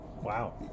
Wow